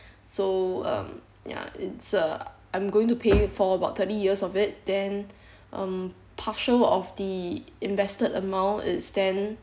so um ya it's a I'm going to pay for about thirty years of it then um partial of the invested amount is ten